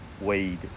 weed